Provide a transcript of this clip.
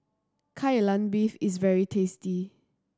Kai Lan Beef is very tasty